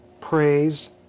praise